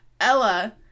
Ella